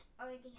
already